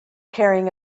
carrying